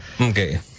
Okay